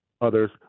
others